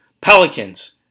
Pelicans